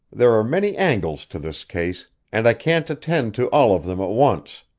there are many angles to this case, and i can't attend to all of them at once.